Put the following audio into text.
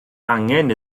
angen